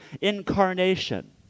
incarnation